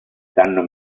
stanno